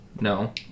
No